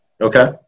Okay